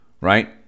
Right